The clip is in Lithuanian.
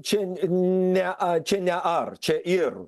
čia ne čia ne ar čia ir